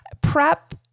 Prep